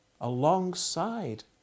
alongside